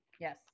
Yes